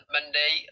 Monday